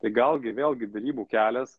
tai gal gi vėlgi derybų kelias